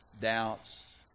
doubts